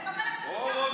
הורוביץ.